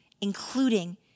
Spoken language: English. including